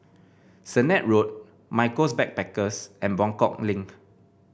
Sennett Road Michaels Backpackers and Buangkok Link